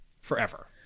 forever